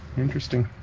interesting